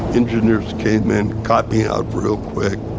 engineers came in, got me out real quick.